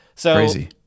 Crazy